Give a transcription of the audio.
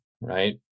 Right